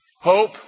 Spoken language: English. hope